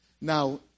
Now